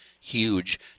huge